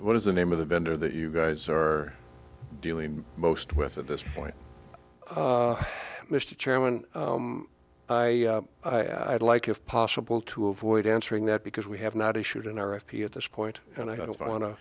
what is the name of the vendor that you guys are doing most with at this point mr chairman i i like if possible to avoid answering that because we have not issued an r f p at this point and i don't wan